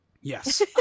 Yes